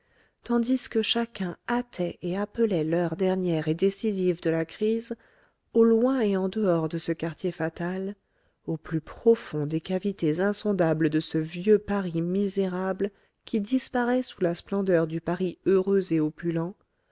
tandis que chacun hâtait et appelait l'heure dernière et décisive de la crise au loin et en dehors de ce quartier fatal au plus profond des cavités insondables de ce vieux paris misérable qui disparaît sous la splendeur du paris heureux et opulent